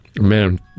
man